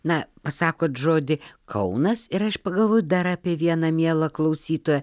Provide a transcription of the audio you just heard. na pasakot žodį kaunas ir aš pagalvoju dar apie vieną mielą klausytoją